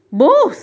both